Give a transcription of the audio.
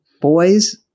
boys